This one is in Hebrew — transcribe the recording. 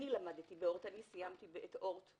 אני למדתי באורט, סיימתי את אורט.